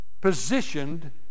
positioned